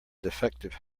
defective